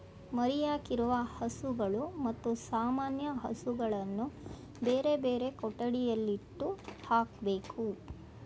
ಮರಿಯಾಕಿರುವ ಹಸುಗಳು ಮತ್ತು ಸಾಮಾನ್ಯ ಹಸುಗಳನ್ನು ಬೇರೆಬೇರೆ ಕೊಟ್ಟಿಗೆಯಲ್ಲಿ ಇಟ್ಟು ಹಾಕ್ಬೇಕು